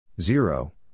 Zero